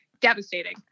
Devastating